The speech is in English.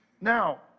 Now